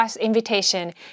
invitation